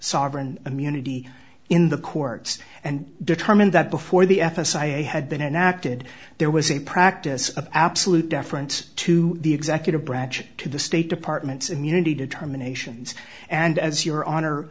sovereign immunity in the courts and determined that before the f s a had been enacted there was a practice of absolute deference to the executive branch to the state department's immunity determinations and as your honor